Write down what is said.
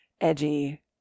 edgy